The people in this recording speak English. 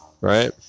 right